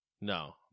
No